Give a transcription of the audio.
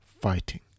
fighting